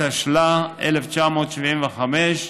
התשל"ה 1975,